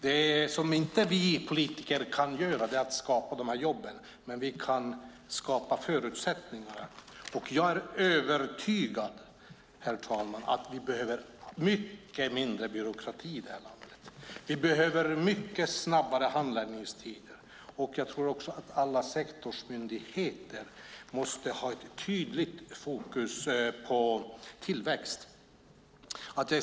Det som vi politiker inte kan göra är att skapa jobben. Men vi kan skapa förutsättningarna. Jag är övertygad, herr talman, om att vi behöver mycket mindre byråkrati i det här landet. Vi behöver mycket snabbare handläggningstider. Jag tror också att alla sektorsmyndigheter måste ha ett tydligt fokus på tillväxt.